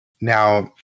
now